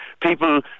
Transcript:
People